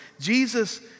Jesus